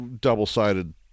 double-sided